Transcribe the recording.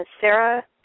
Sarah